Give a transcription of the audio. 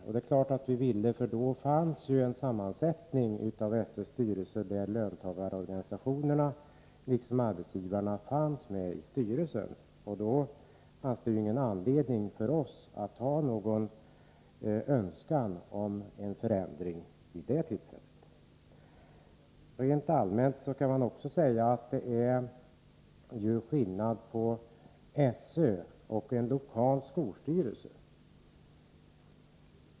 Ja, det är klart att vi ville det, för då var sammansättningen av styrelsen sådan att löntagarorganisationerna liksom arbetsgivarna fanns med. Då fanns det ingen anledning för oss att ha någon önskan om en förändring. Rent allmänt kan jag också säga att det är skillnad mellan SÖ:s styrelse och en lokal skolstyrelse.